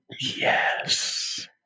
Yes